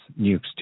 nukes